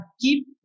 keep